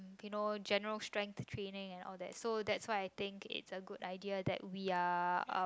you know general strength training and all that so that's why I think it's a good idea that we are uh